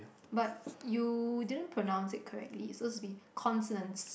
but you didn't pronounce it correctly it's suppose to be consonance